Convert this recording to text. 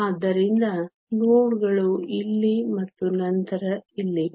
ಆದ್ದರಿಂದ ನೋಡ್ ಗಳು ಇಲ್ಲಿ ಮತ್ತು ನಂತರ ಇಲ್ಲಿವೆ